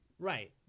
Right